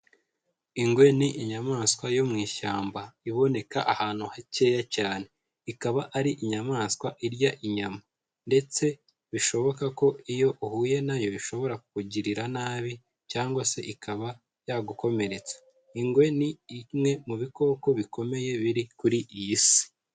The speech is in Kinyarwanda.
Ingwe ni inyamaswa yo mu ishyamba iboneka ahantu hakeya cyane. Ikaba ari inyamaswa irya inyama ndetse bishoboka ko iyo uhuye nayo ishobora kukugirira nabi cyangwa se ikaba yagukomeretsa. Ingwe ni imwe mu bikoko bikomeye biri kuri iy'Isi.